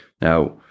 Now